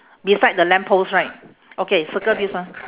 beside the lamp post right okay circle this one